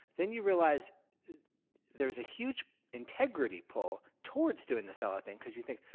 then you realize there's a huge integrity pull toward doing the sellout thing because you think,